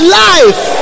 life